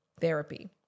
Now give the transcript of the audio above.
therapy